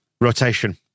Rotation